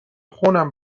خونم